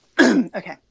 Okay